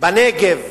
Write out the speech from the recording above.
בנגב.